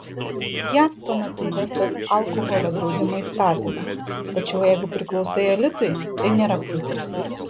jav tuo metu įvestas alkoholio draudimo įstatymas tačiau jeigu priklausai elitui tai nėra kliūtis